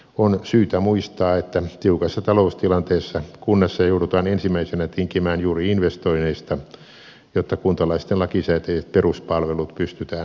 on syytä muistaa että tiukassa taloustilanteessa kunnassa joudutaan ensimmäisenä tinkimään juuri investoinneista jotta kuntalaisten lakisääteiset peruspalvelut pystytään turvaamaan